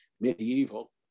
medieval